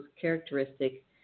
characteristic